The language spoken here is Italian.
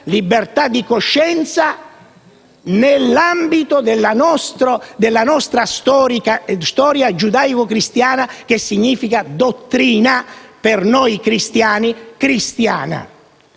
libertà di coscienza nell'ambito della nostra storia giudaico cristiana, che significa, per noi cristiani, dottrina